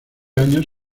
años